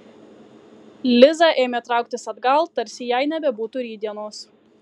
liza ėmė trauktis atgal tarsi jai nebebūtų rytdienos